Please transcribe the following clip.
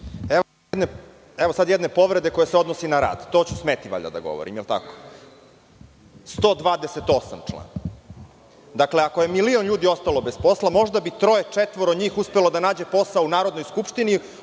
Evo sada jedne povrede koja se odnosi na rad, to ću smeti da govorim, jel tako. Dakle, član 128, ako je milion ljudi ostalo bez posla možda bi troje ili četvoro njih uspelo da nađe posao u Skupštini